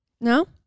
no